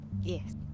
Yes